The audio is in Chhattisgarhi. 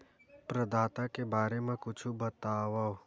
प्रदाता के बारे मा कुछु बतावव?